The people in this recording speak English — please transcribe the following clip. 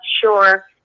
sure